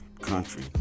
country